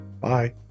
Bye